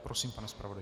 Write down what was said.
Prosím, pane zpravodaji.